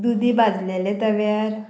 दुदी भाजलेले तव्यार